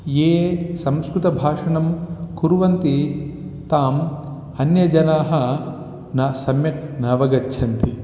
ये संस्कृतभाषणं कुर्वन्ति तम् अन्यजनाः न सम्यक् नावगच्छन्ति